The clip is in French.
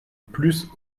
plus